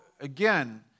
again